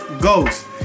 ghost